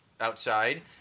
outside